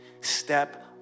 step